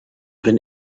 been